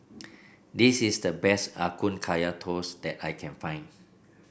this is the best Ya Kun Kaya Toast that I can find